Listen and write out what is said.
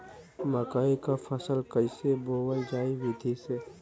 मकई क फसल कईसे बोवल जाई विधि से?